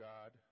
God